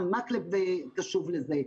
גם מקלב קשוב לזה.